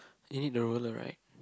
you need the roller right